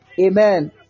Amen